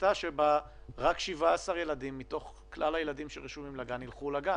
למה רק 17 ילדים מתוך כלל הילדים שרשומים לגן הולכים לגן?